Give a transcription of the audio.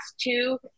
two